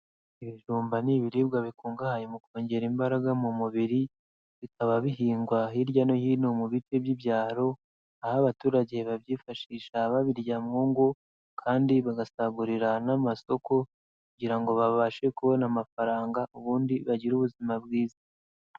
Ibijumba ni ibiribwa bikungahaye mu kongera imbaraga mu mubiri, bikaba bihingwa hirya no hino mu bice by'ibyaro, aho abaturage babyifashisha babirya mu ngo kandi bagasagurira n'amasoko kugira ngo babashe kubona amafaranga, ubundi bagire ubuzima bwiza.